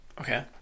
Okay